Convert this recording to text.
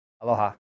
Aloha